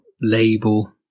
label